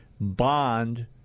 bond